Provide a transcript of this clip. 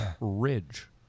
ridge